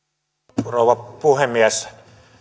arvoisa rouva puhemies